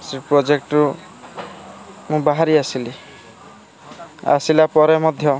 ସେ ପ୍ରୋଜେକ୍ଟ୍ରୁ ମୁଁ ବାହାରି ଆସିଲି ଆସିଲା ପରେ ମଧ୍ୟ